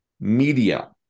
media